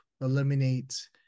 eliminate